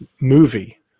movie